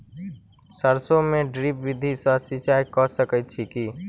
सैरसो मे ड्रिप विधि सँ सिंचाई कऽ सकैत छी की?